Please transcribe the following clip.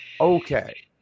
Okay